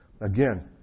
Again